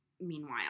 meanwhile